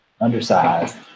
undersized